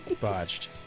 botched